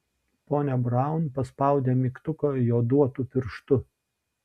ponia braun paspaudė mygtuką joduotu pirštu